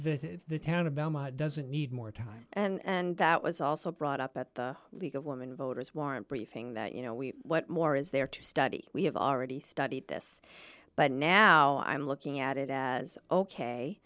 on the town of doesn't need more time and that was also brought up at the league of women voters warrant briefing that you know we what more is there to study we have already studied this but now i'm looking at it as ok